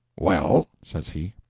well? says he.